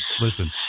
listen